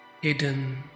hidden